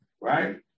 right